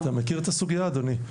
אתה מכיר את הסוגייה, אדוני?